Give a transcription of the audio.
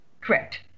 Correct